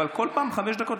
אבל כל פעם חמש דקות,